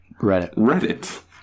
reddit